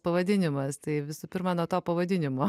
pavadinimas tai visų pirma nuo to pavadinimo